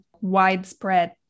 widespread